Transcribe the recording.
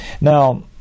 Now